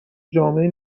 جامعه